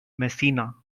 messina